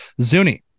Zuni